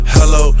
Hello